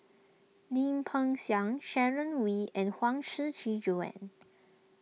Lim Peng Siang Sharon Wee and Huang Shiqi Joan